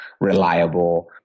reliable